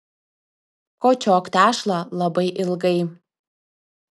kočiok tešlą labai ilgai